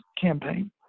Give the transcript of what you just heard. Campaign